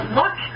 look